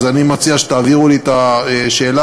אני מציע שתעבירו לי את השאלה,